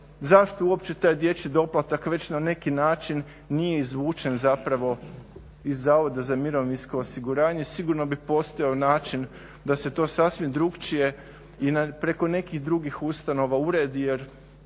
zašto uopće taj dječji doplatak već na neki način nije izvučen zapravo iz Zavoda za mirovinsko osiguranje, sigurno bi postojao način da se to sasvim drukčije i preko nekih drugih ustanova uredi